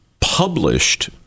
published